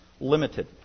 limited